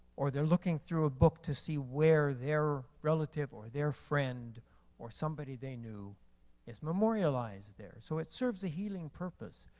or they're looking through a book to see where their relative or their friend or somebody they knew is memorialized there. so it serves a healing purpose.